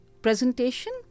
presentation